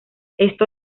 esto